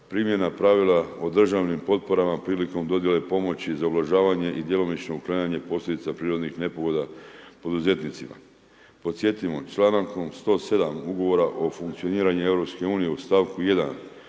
primjena pravila o državnim potporama prilikom dodjele pomoći za ublažavanje i djelomično uklanjanje posljedica prirodnih nepogoda poduzetnicima. Podsjetimo člankom 107. Ugovora o funkcioniranju EU u stavku 1.